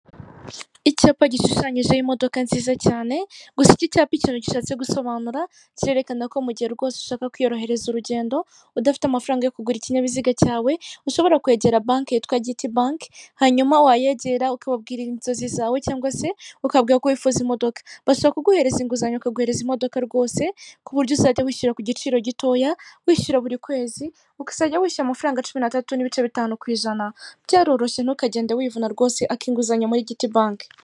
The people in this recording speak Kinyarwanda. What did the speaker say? Ubwo wibajije ikoranabuhanga ni byiza cyane kuko nanone ukugira ubunebwe ntabwo ujya uva mu rugo ngo ubashe kutemberera n'ahantu dutuye uko hameze ariko nanone birafasha niyo unaniwe ntabwo ushobora kuva iwanyu unaniwe cyangwa utashye bwije ngo ujye ku isoko guhaha. Nkuko ubibone iki ni ikirango kerekana imyenda y'iminyarwanda n'inkweto zikorerwa mu rwanda nawe wabyihangira